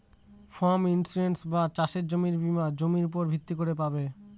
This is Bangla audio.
ফার্ম ইন্সুরেন্স বা চাসের জমির বীমা জমির উপর ভিত্তি করে পাবে